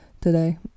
today